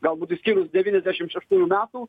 galbūt išskyrus devyniasdešimt šeštųjų metų